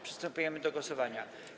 Przystępujemy do głosowania.